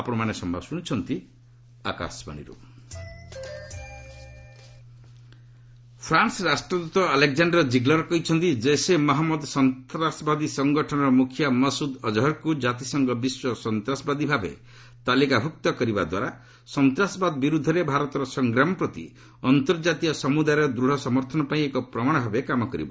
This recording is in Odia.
ଅଜ୍ହର୍ ଫ୍ରାନ୍ସ ଫ୍ରାନ୍ସ ରାଷ୍ଟ୍ରଦୃତ ଆଲେକ୍ଜାଣ୍ଡାର ଜିଗ୍ଲର୍ କହିଛନ୍ତି ଜେସେ ମହମ୍ମଦ ସନ୍ତାସବାଦୀ ସଙ୍ଗଠନର ମୁଖିଆ ମସୁଦ୍ ଅକ୍ହର୍କୁ ଜାତିସଂଘ ବିଶ୍ୱ ସନ୍ତାସବାଦୀ ଭାବେ ତାଲିକାଭୁକ୍ତ କରିବାଦ୍ୱାରା ସନ୍ତାସବାଦ ବିରୁଦ୍ଧରେ ଭାରତର ସଂଗ୍ରାମ ପ୍ରତି ଅନ୍ତର୍ଜାତୀୟ ସମୁଦାୟର ଦୂଢ଼ ସମର୍ଥନ ପାଇଁ ଏକ ପ୍ରମାଣ ଭାବେ କାମ କରିବ